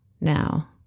now